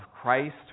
Christ